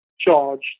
charged